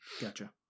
Gotcha